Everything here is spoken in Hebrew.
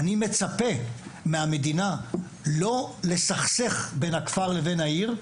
אני מצפה מהמדינה לא לסכסך בין הכפר לבין העיר,